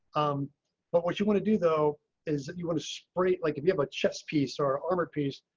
um but what you want to do though is that you want to spray. like if you have a chess piece or armor piece.